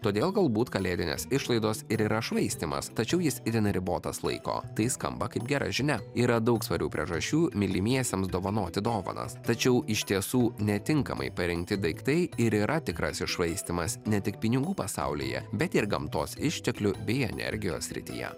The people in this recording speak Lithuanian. todėl galbūt kalėdinės išlaidos ir yra švaistymas tačiau jis itin ribotas laiko tai skamba kaip gera žinia yra daug svarių priežasčių mylimiesiems dovanoti dovanas tačiau iš tiesų netinkamai parinkti daiktai ir yra tikrasis švaistymas ne tik pinigų pasaulyje bet ir gamtos išteklių bei energijos srityje